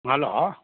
hello